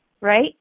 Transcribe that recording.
right